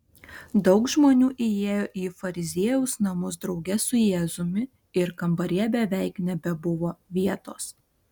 daug žmonių įėjo į fariziejaus namus drauge su jėzumi ir kambaryje beveik nebebuvo vietos